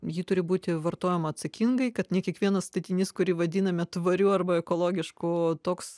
ji turi būti vartojama atsakingai kad ne kiekvienas statinys kurį vadiname tvariu arba ekologišku toks